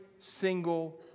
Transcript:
single